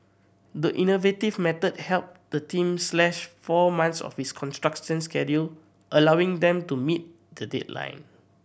the innovative method helped the team slash four months off its construction schedule allowing them to meet the deadline